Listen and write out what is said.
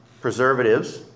preservatives